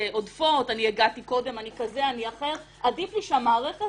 שכל אדם שמתקבע במקום שלו שנים רבות,